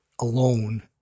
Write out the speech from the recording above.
alone